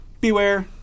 beware